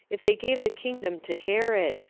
if they gave the kingdom to herod,